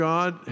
God